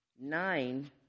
nine